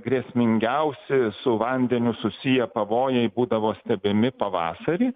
grėsmingiausi su vandeniu susiję pavojai būdavo stebimi pavasarį